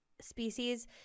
species